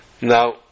Now